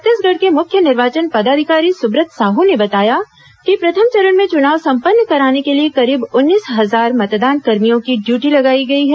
छत्तीसगढ़ के मुख्य निर्वाचन पदाधिकारी सुब्रत साहू ने बताया कि प्रथम चरण में चुनाव संपन्न कराने के लिए करीब उन्नीस हजार मतदानकर्मियों की ड्यूटी लगाई गई है